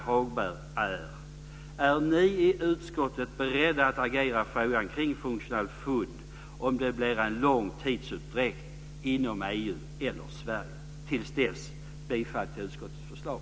Hagberg är: Är ni i utskottet beredda att agera i frågan kring functional food om det blir en lång tidsutdräkt inom EU eller Sverige? Till dess yrkar jag bifall till utskottets förslag.